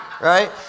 Right